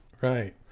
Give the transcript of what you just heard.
Right